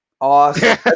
Awesome